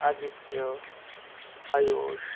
Aditya Ayush